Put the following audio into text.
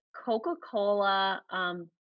Coca-Cola